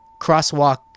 crosswalk